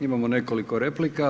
Imamo nekoliko replika.